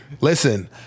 Listen